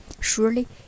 Surely